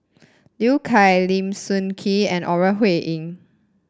Liu Kang Lim Sun Gee and Ore Huiying